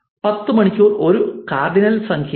10 മണിക്കൂർ ഒരു കാർഡിനൽ സംഖ്യയാണ്